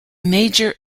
major